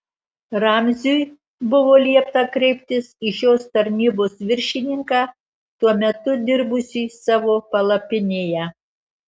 ramziui buvo liepta kreiptis į šios tarnybos viršininką tuo metu dirbusį savo palapinėje